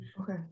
Okay